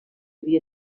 havia